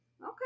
Okay